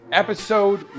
episode